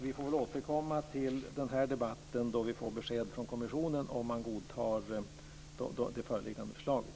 Vi får väl återkomma till den här debatten då vi får besked från kommissionen ifall den godtar det föreliggande förslaget.